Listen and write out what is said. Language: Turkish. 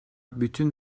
bütün